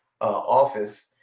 office